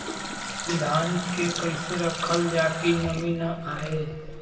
धान के कइसे रखल जाकि नमी न आए?